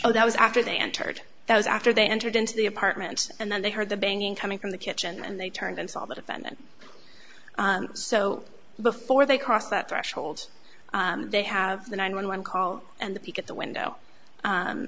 so that was after they entered that was after they entered into the apartment and then they heard the banging coming from the kitchen and they turned and saw the defendant so before they cross that threshold they have the nine one one call and you get the window